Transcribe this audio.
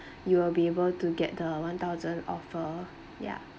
you will be able to get the one thousand offer ya